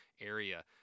area